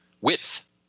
Width